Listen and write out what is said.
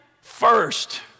First